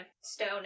stone